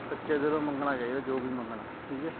ਸੱਚੇ ਦਿਲੋਂ ਮੰਗਣਾ ਚਾਹੀਦਾ ਜੋ ਵੀ ਮੰਗਣਾ ਠੀਕ ਹੈ